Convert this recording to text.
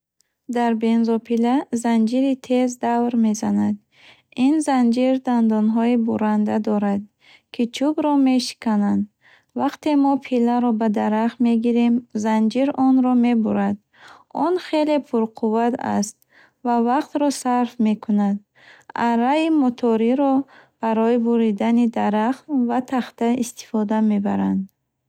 Дар бензопила занҷири тез давр мезанад. Ин занҷир дандонҳои бурранда дорад, ки чӯбро мешикананд. Вақте мо пиларо ба дарахт мегирем, занҷир онро мебурад. Он хеле пурқувват аст ва вақтро сарф мекунад. Арраи моториро барои буридани дарахт ва тахта истифода мебаранд.